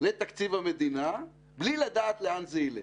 לתקציב המדינה, בלי לדעת לאן זה ילך.